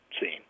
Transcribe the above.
seen